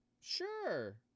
Sure